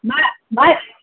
मा